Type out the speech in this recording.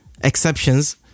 exceptions